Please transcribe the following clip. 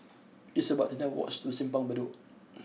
it's about thirty nine walks to Simpang Bedok